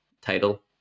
title